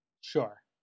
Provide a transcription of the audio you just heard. sure